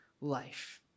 life